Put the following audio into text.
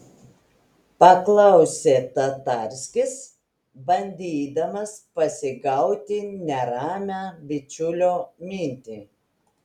paklausė tatarskis bandydamas pasigauti neramią bičiulio mintį